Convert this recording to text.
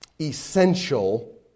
essential